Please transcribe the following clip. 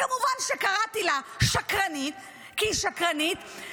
כמובן שקראתי לה שקרנית, כי היא שקרית.